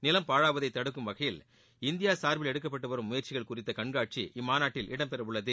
நிலம் பாழாகுவதை தடுக்கும் வகையில் இந்தியா சார்பில் எடுக்கப்பட்டு வரும் முயற்சிகள் குறித்த கண்காட்சி இம்மாநாட்டில் இடம் பெற உள்ளது